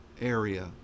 area